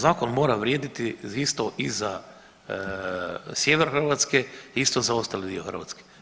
Zakon mora vrijediti isto i za Sjever Hrvatske, isto i za ostali dio Hrvatske.